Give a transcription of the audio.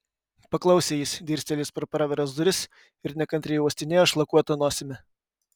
paklausė jis dirstelėjęs pro praviras duris ir nekantriai uostinėjo šlakuota nosimi